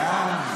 די.